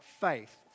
faith